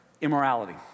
immorality